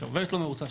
שעובדת לא מרוצה,